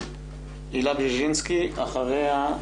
תודה.